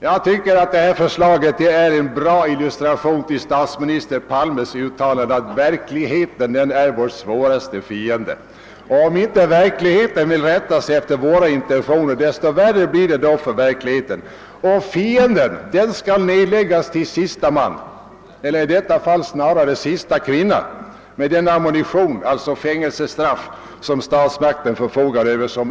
Jag tycker att det förslag som nu läggs fram är en bra illustration till statsminister Palmes uttalande «att verkligheten är vår svåraste fiende. Om inte verkligheten vill rätta sig efter våra intentioner, desto värre för verkligheten. Fienden skall nedläggas till sista man — eller i detta fall snarare sista kvinna — med den ammunition, alltså fängelsestraff, som statsmakten förfogar över.